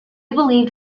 believed